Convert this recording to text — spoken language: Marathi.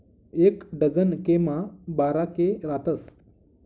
एक डझन के मा बारा के रातस